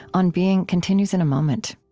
on being continues in a moment